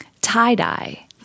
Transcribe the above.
tie-dye